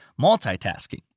multitasking